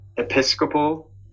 Episcopal